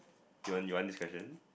you want you want this question